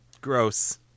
gross